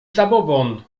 zabobon